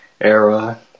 era